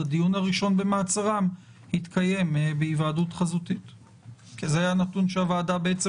הדיון הראשון במעצרם התקיים בהיוועדות חזותית כי זה בעצם